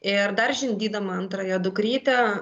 ir dar žindydama antrąją dukrytę